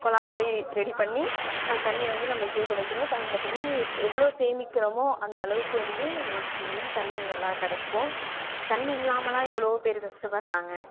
கொழா மாதிரி ரெடி பண்ணி அந்த தண்ணியை வந்து நம்ப சேவ் பண்ணி வெச்சுக்கணும் த நம்ப தண்ணியை எவ் எவ்வளோ சேமிக்கிறமோ அந்தளவுக்கு வந்து நமக்கு வந்து தண்ணி நல்லா கிடைக்கும் தண்ணி இல்லாமலாம் எவ்வளோவோ பேர் கஷ்டப்படுறாங்க